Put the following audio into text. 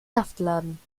saftladen